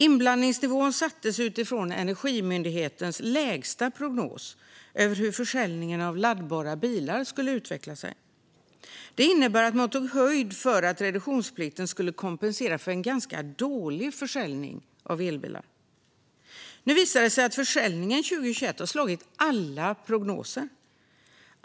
Inblandningsnivån sattes utifrån Energimyndighetens lägsta prognos över hur försäljningen av laddbara bilar skulle utveckla sig. Det innebar att man tog höjd för att reduktionsplikten skulle kompensera för en ganska dålig försäljning av elbilar. Nu visar det sig att försäljningen 2021 har slagit alla prognoser.